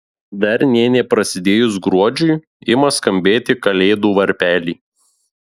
dar nė neprasidėjus gruodžiui ima skambėti kalėdų varpeliai